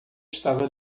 estava